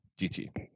GT